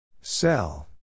Cell